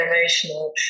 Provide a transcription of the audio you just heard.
emotional